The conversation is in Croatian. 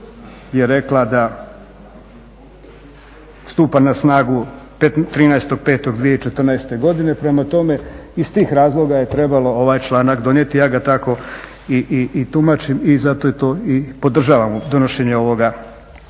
je rekla da stupa na snagu 13.5. 2014. godine, prema tome iz tih razloga je trebalo ovaj članak donijeti, ja ga tako i tumačim i zato to i podržavam donošenje ovoga